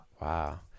wow